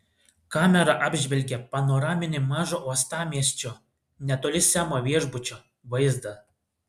kamera apžvelgė panoraminį mažo uostamiesčio netoli semo viešbučio vaizdą